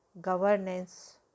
governance